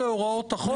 להוראות החוק.